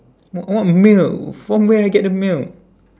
w~ what milk from where I get the milk